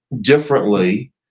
differently